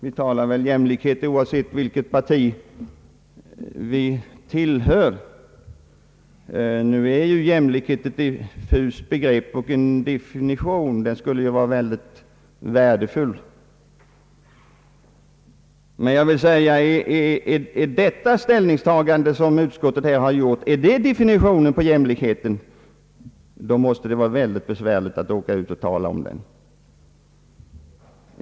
Vi talar väl jämlikhet oavsett vilket parti vi tillhör. Nu är jämlikhet emellertid ett diffust begrepp, och en definition vore värdefull. Men är detta utskottets ställningstagande en definition på jämlikhet, då måste det vara mycket besvärligt att gå ut och tala om den.